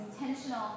intentional